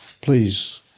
please